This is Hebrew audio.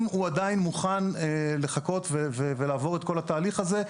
אם הוא עדיין מוכן לחכות ולעבור את כל התהליך הזה,